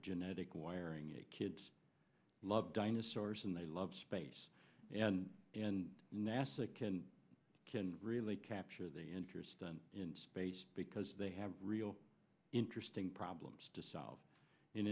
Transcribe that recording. genetic wiring it kids love dinosaurs and they love space and and nasa can can really capture the interest on in space because they have real interesting problems to solve